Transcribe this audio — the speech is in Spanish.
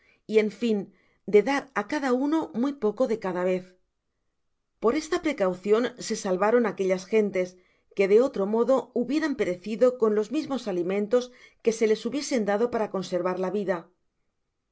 y en fin de dar á cada uno muy poco de cada vez por esta precaucion se salvaron aquellas gentes que de otro modo hubieran perecido con los mismos alimentos que se ies hubiesen dado para conservar la vida